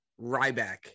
Ryback